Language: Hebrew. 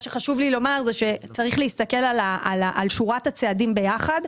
חשוב לי לומר שצריך להסתכל על שורת הצעדים ביחד.